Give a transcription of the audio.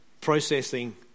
processing